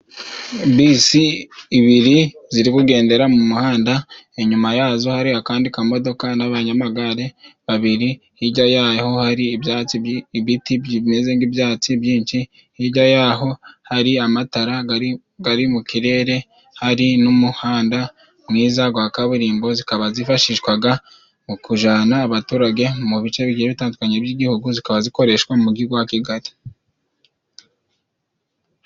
Bisi ibiri ziri bugendera mu muhanda inyuma yazo hari akandi kamodoka n'abanyamagare babiri, hijya yaho hari ibyatsi, ibiti bimeze nk'ibyatsi byinshi ,hirya y'aho hari amatara gari mu kirere ,hari n'umuhanda mwiza gwa kaburimbo zikaba zifashishwaga mu kujana abaturage mu bice bigiye bitandukanye by'igihugu zikaba zikoreshwa mu Mujyi wa Kigali.